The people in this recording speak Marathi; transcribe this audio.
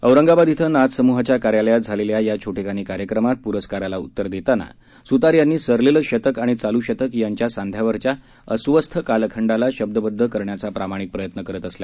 औरंगाबाद क्विं नाथ समुहाच्या कार्यालयात झालेल्या या छोटेखानी कार्यक्रमात प्रस्काराला उत्तर देताना सुतार यांनी सरलेलं शतक आणि चालू शतक यांच्या सांध्यावरच्या अस्वस्थ कालखंडाला शब्दबद्ध करण्याचा प्रामाणिक प्रयत्न करत असल्याचं सांगितलं